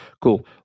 Cool